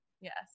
Yes